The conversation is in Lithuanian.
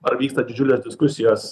ar vyksta didžiulės diskusijos